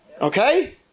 okay